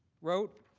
wrote